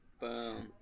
Boom